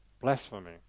blasphemy